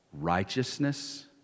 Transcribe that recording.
righteousness